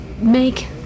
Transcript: make